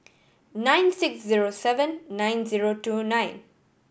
nine six zero seven nine zero two nine